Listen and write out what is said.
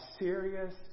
serious